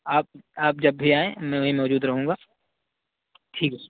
آپ آپ جب بھی آئیں میں وہیں موجود رہوں گا ٹھیک ہے